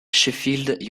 sheffield